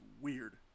weird